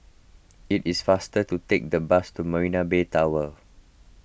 it is faster to take the bus to Marina Bay Tower